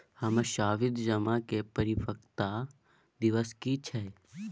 हमर सावधि जमा के परिपक्वता दिवस की छियै?